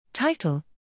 Title